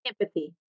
empathy